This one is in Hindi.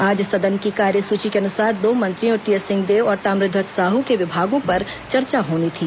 आज सदन की कार्य सूची के अनुसार दो मंत्रियों टीएस सिंहदेव और ताम्रध्वज साहू के विभागों पर चर्चा होनी थी